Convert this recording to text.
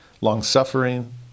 long-suffering